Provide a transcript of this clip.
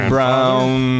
Brown